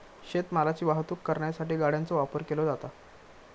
शेत मालाची वाहतूक करण्यासाठी गाड्यांचो वापर केलो जाता